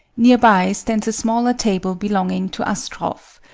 near by stands a smaller table belonging to astroff,